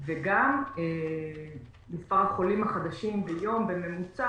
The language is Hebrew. וגם מספר החולים החדשים ביום בממוצע,